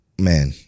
man